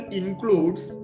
includes